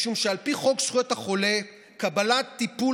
משום שעל פי חוק זכויות החולה קבלת טיפול